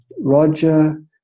Roger